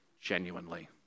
genuinely